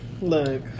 Look